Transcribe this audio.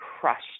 crushed